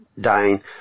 dying